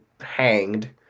hanged